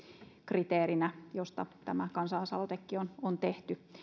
kriteerinä josta tämä kansalaisaloitekin on tehty